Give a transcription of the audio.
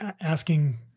asking